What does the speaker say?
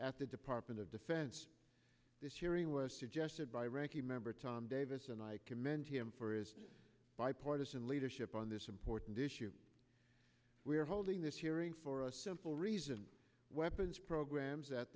at the department of defense this hearing was suggested by ranking member tom davis and i commend him for his bipartisan leadership on this important issue we are holding this hearing for a simple reason weapons programs